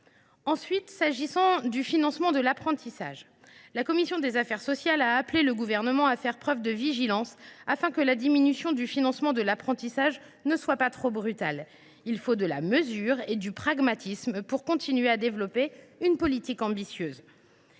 viens maintenant au financement de l’apprentissage. La commission des affaires sociales a appelé le Gouvernement à faire preuve de vigilance afin que la diminution du financement de l’apprentissage ne soit pas trop brutale. Il faut de la mesure et du pragmatisme pour continuer à développer une politique ambitieuse